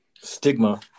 Stigma